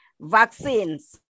vaccines